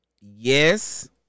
Yes